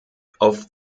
auf